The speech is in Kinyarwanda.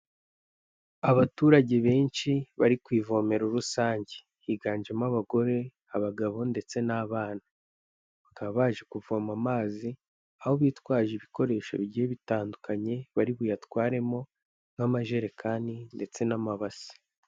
Abaturage benshi bari ku ivomero rusange, higanjemo abagore, abagabo ndetse n'abana bakaba baje kuvoma amazi aho bitwaje ibikoresho bigiye bitandukanye bari buyatwaremo, nk'amajerekani ndetse n'amabase.